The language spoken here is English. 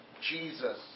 Jesus